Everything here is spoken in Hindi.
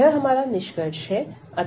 यह हमारा निष्कर्ष है